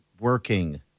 working